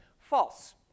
False